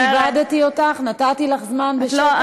כיבדתי אותך, נתתי לך זמן בשקט, ואת המשכת לדבר.